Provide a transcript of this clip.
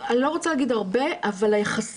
אני לא רוצה להגיד 'הרבה', אבל היחסיות.